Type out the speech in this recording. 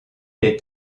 est